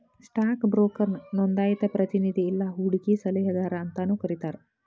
stock ಬ್ರೋಕರ್ನ ನೋಂದಾಯಿತ ಪ್ರತಿನಿಧಿ ಇಲ್ಲಾ ಹೂಡಕಿ ಸಲಹೆಗಾರ ಅಂತಾನೂ ಕರಿತಾರ